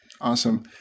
awesome